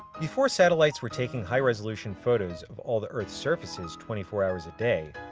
before satellites were taking high resolution photos of all the earth's surfaces twenty four hours a day,